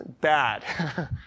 bad